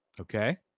Okay